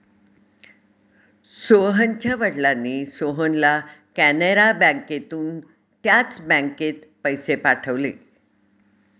सोहनच्या वडिलांनी सोहनला कॅनरा बँकेतून त्याच बँकेत पैसे पाठवले